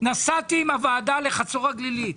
נסעתי עם הוועדה לחצור הגלילית.